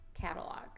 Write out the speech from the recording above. catalog